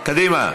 קדימה.